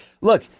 Look